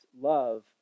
love